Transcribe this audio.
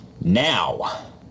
Now